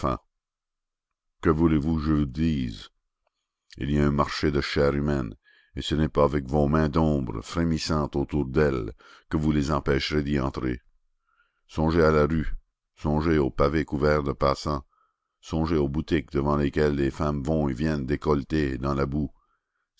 que voulez-vous que je vous dise il y a un marché de chair humaine et ce n'est pas avec vos mains d'ombres frémissantes autour d'elles que vous les empêcherez d'y entrer songez à la rue songez au pavé couvert de passants songez aux boutiques devant lesquelles des femmes vont et viennent décolletées et dans la boue